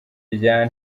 rya